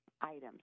items